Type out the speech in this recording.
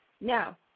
Now